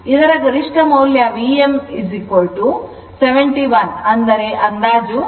ಇದರ ಗರಿಷ್ಠ ಮೌಲ್ಯ v m 71 ಅಂದಾಜು 70